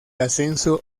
ascenso